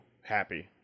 happy